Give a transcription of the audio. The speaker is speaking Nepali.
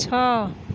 छ